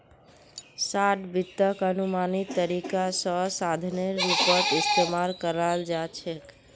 short वित्तक अनुमानित तरीका स साधनेर रूपत इस्तमाल कराल जा छेक